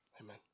Amen